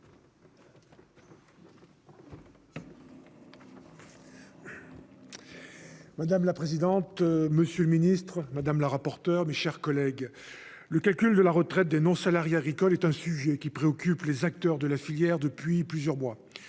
Madame la présidente, monsieur le ministre, madame la rapporteure, mes chers collègues, le calcul de la retraite des non-salariés agricoles est un sujet qui préoccupe les acteurs de la filière depuis plusieurs mois.